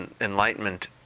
enlightenment